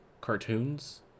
Cartoons